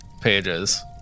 pages